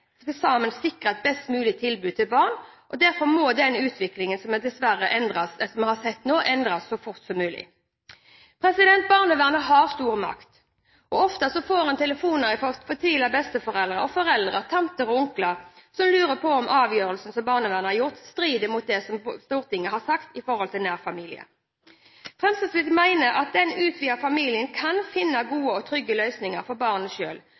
hjelp, sammen sikrer et best mulig tilbud til barn. Derfor må den utviklingen som vi dessverre har sett nå, endres så fort som mulig. Barnevernet har stor makt. Ofte får en telefoner fra fortvilte besteforeldre og foreldre, fra tanter og onkler som lurer på om avgjørelsen som barnevernet har gjort, strider mot det som Stortinget har sagt om nær familie. Fremskrittspartiet mener at hvis den utvidede familien kan finne gode og trygge og gode løsninger for barnet